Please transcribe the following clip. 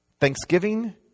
Thanksgiving